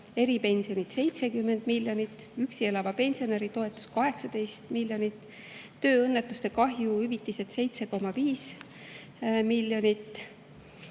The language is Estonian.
eripensionid – 70 miljonit, üksi elava pensionäri toetus – 18 miljonit, tööõnnetuste kahjuhüvitised – 7,5 miljonit.